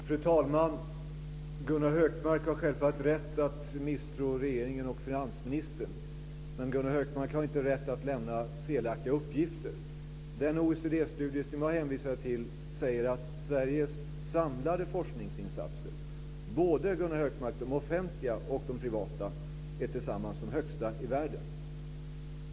Fru talman! Gunnar Hökmark har självfallet rätt att misstro regeringen och finansministern, men Gunnar Hökmark har inte rätt att lämna felaktiga uppgifter. Den OECD-studie som jag hänvisade till säger att Sveriges samlade forskningsinsatser - både de offentliga och de privata, Gunnar Hökmark - är tillsammans de högsta i världen.